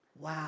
Wow